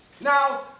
Now